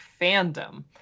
fandom